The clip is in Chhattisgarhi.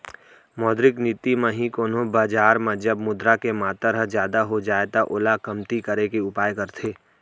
मौद्रिक नीति म ही कोनो बजार म जब मुद्रा के मातर ह जादा हो जाय त ओला कमती करे के उपाय करथे